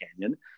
Canyon